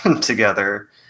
together